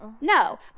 No